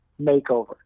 makeover